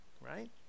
right